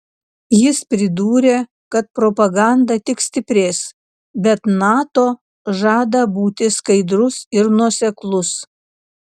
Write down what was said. jis pridūrė kad propaganda tik stiprės bet nato žada būti skaidrus ir nuoseklus